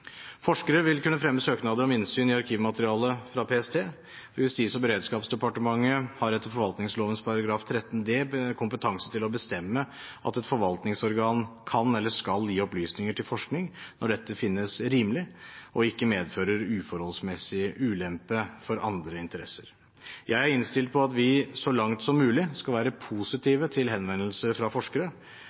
Forskere vil kunne fremme søknader om innsyn i arkivmaterialet fra PST. Justis- og beredskapsdepartementet har etter forvaltningsloven § 13 d kompetanse til å bestemme at et forvaltningsorgan kan eller skal gi opplysninger til forskning når dette finnes rimelig og ikke medfører uforholdsmessig ulempe for andre interesser. Jeg er innstilt på at vi så langt som mulig skal være positive til henvendelser fra forskere,